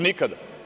Nikada.